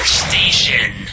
station